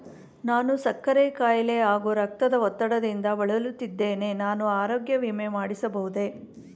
ನಾನು ಸಕ್ಕರೆ ಖಾಯಿಲೆ ಹಾಗೂ ರಕ್ತದ ಒತ್ತಡದಿಂದ ಬಳಲುತ್ತಿದ್ದೇನೆ ನಾನು ಆರೋಗ್ಯ ವಿಮೆ ಮಾಡಿಸಬಹುದೇ?